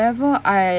however I